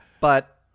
But-